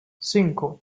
cinco